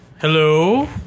Hello